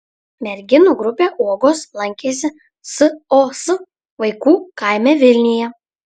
merginų grupė uogos lankėsi sos vaikų kaime vilniuje